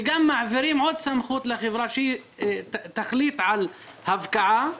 וגם מעבירים עוד סמכות לחברה שתוכל להחליט על הפקעה,